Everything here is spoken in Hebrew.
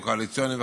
או קואליציוניים,